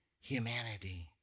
humanity